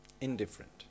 indifferent